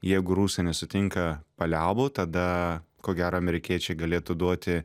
jeigu rusai nesutinka paliaubų tada ko gero amerikiečiai galėtų duoti